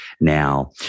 now